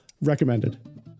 recommended